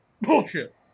Bullshit